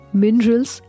minerals